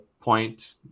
point